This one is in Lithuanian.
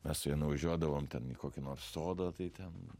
mes su ja nuvažiuodavom ten į kokį nors sodą tai ten